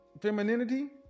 femininity